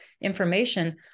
information